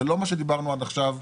זה לא מה שדיברנו עד עכשיו,